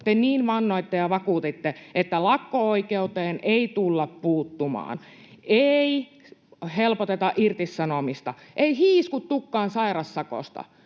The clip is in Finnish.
te niin vannoitte ja vakuutitte, että lakko-oikeuteen ei tulla puuttumaan, ei helpoteta irtisanomista, ei hiiskuttukaan sairassakosta,